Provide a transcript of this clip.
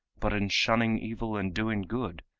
but in shunning evil and doing good,